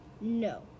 no